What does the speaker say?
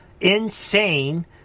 insane